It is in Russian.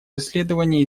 исследований